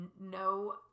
no